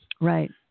right